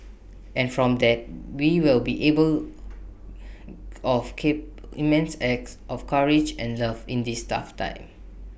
and from that we will be able of cape immense acts of courage and love in this tough time